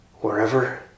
wherever